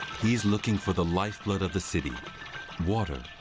he's looking for the lifeblood of the city water.